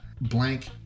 blank